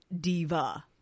diva